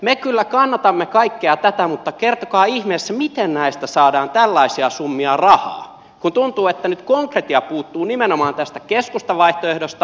me kyllä kannatamme kaikkea tätä mutta kertokaa ihmeessä miten näistä saadaan tällaisia summia rahaa kun tuntuu että nyt konkretia puuttuu nimenomaan tästä keskustan vaihtoehdosta